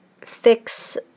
fix